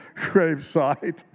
gravesite